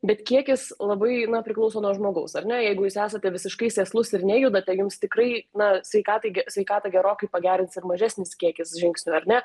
bet kiekis labai priklauso nuo žmogaus ar ne jeigu jūs esate visiškai sėslus ir nejudate jums tikrai na sveikatai gi sveikatą gerokai pagerins ir mažesnis kiekis žingsnių ar ne